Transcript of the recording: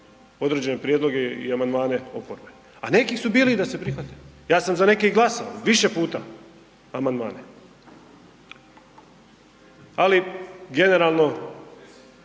određene prijedloge i amandmane oporbe. A neki su bili i da se prihvate. Ja sam za neke i glasao. Više puta, amandmane. Ali generalno,